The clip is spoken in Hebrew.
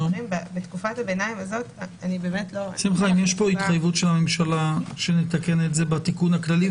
אם יש פה התחייבות של הממשלה שנתקן את זה בתיקון הכללי,